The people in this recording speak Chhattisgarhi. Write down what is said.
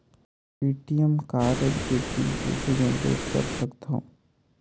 ए.टी.एम कारड के पिन कइसे जनरेट कर सकथव?